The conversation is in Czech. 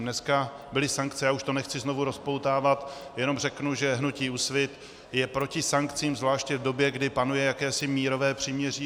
Dneska byly sankce nechci to už znovu rozpoutávat, jenom řeknu, že hnutí Úsvit je proti sankcím zvláště v době, kdy panuje jakési mírové příměří.